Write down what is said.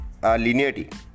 linearity